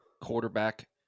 quarterback